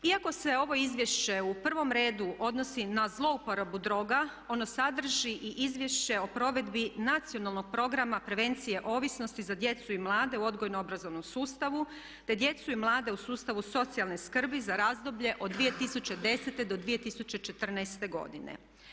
Iako se ovo izvješće u prvom redu odnosi na zlouporabu droga, ono sadrži i izvješće o provedbi Nacionalnog programa prevencije ovisnosti za djecu i mlade u odgojno-obrazovnom sustavu, te djecu i mlade u sustavu socijalne skrbi za razdoblje od 2010. do 2014. godine.